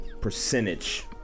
percentage